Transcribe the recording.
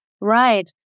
right